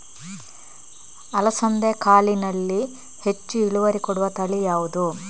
ಅಲಸಂದೆ ಕಾಳಿನಲ್ಲಿ ಹೆಚ್ಚು ಇಳುವರಿ ಕೊಡುವ ತಳಿ ಯಾವುದು?